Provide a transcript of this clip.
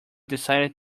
decided